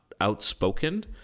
outspoken